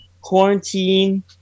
quarantine